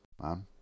man